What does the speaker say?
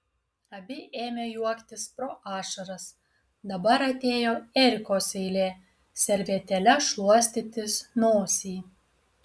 abi ėmė juoktis pro ašaras dabar atėjo erikos eilė servetėle šluostytis nosį